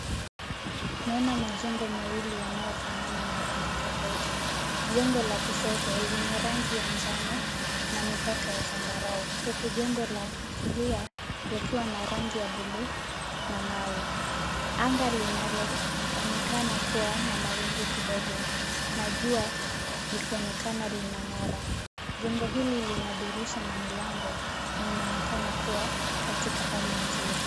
Naona majengo mawili yanayofanana na rangi tofauti. Jengo la kushoto, lina rangi ya njano na mipaka ya zambarau, huku jengo la kulia likiwa na rangi ya buluu na mawe. Anga linaloonekana kuwa na mawingu kidogo na jua likionekana linang'ara. Jengo hili lina dirisha na milango na inaonekana kuwa katika hali nzuri.